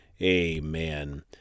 amen